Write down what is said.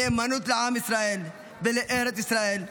נאמנות לעם ישראל ולארץ ישראל,